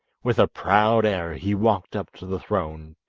with a proud air he walked up to the throne,